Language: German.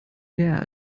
der